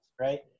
right